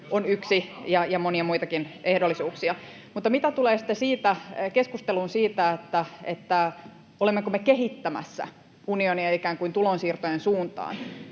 on yksi, ja monia muitakin ehdollisuuksia. Mutta mitä tulee sitten keskusteluun siitä, olemmeko me kehittämässä unionia ikään kuin tulonsiirtojen suuntaan,